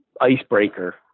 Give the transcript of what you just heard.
icebreaker